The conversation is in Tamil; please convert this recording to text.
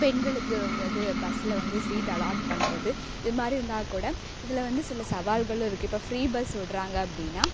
பெண்களுக்கு இது வந்து பஸ்ஸில் வந்து சீட் அலாட் பண்ணுறது இதுமாதிரி இருந்தாக்கூட இதில் வந்து சில சவால்களும் இருக்குது இப்போ ஃப்ரீ பஸ் விடுறாங்க அப்டின்னா